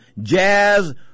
Jazz